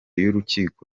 y’urukiko